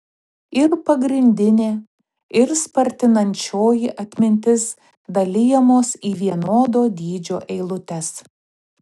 ir pagrindinė ir spartinančioji atmintis dalijamos į vienodo dydžio eilutes